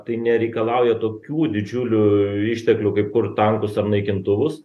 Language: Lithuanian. tai nereikalauja tokių didžiulių išteklių kaip kurt tankus ar naikintuvus